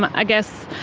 i guess